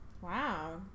Wow